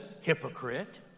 hypocrite